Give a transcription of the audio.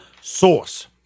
source